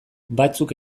batzuk